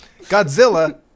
Godzilla